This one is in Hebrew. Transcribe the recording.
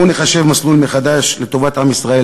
בואו נחשב מסלול מחדש לטובת עם ישראל.